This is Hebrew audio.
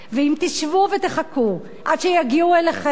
אם תשבו ותחכו עד שיגיעו אליכם,